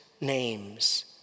names